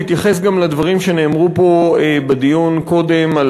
להתייחס גם לדברים שנאמרו פה בדיון קודם על